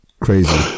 crazy